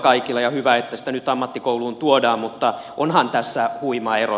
hyvä että sitä nyt ammattikouluun tuodaan mutta onhan tässä huima ero